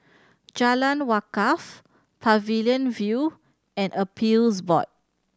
Jalan Wakaff Pavilion View and Appeals Board